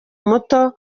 muto